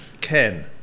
Ken